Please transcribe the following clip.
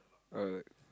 alright